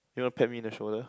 you want pat me in the shoulder